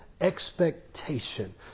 expectation